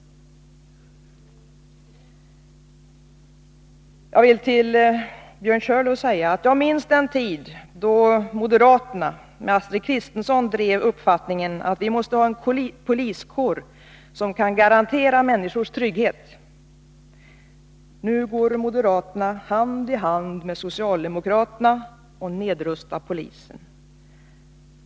Jag vill till Björn Körlof säga att jag minns den tid då moderaterna, inte minst Astrid Kristensson, drev uppfattningen att vi måste ha en poliskår som kan garantera människors trygghet. Nu går moderaterna hand i hand med socialdemokraterna och nedrustar polisen.